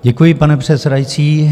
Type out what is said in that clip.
Děkuji, pane předsedající.